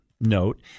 note